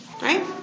Right